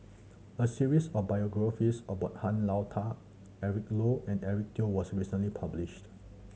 a series of biographies about Han Lao Da Eric Low and Eric Teo was recently published